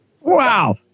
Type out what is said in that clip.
Wow